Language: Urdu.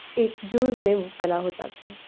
ایک جُرم میں مبتلا ہو جاتے ہیں